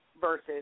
versus